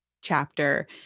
chapter